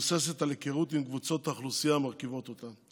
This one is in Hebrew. מבוססת על היכרות עם קבוצות האוכלוסייה המרכיבות אותה.